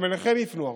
גם אליכם יפנו הרבה: